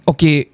Okay